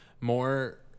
more